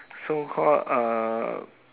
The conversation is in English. so called uh